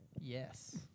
Yes